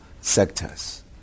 sectors